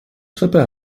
treppe